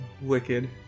wicked